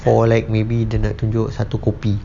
for like maybe dia nak tunjuk satu kopi